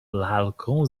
lalką